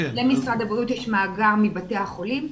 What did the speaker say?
למשרד הבריאות יש מאגר מבתי החולים.